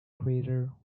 crater